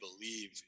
believe